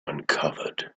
uncovered